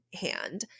hand